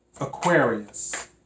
Aquarius